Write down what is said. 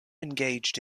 engaged